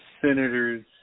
senators